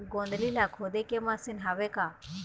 गोंदली ला खोदे के मशीन हावे का?